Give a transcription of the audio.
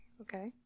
Okay